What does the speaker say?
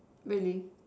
really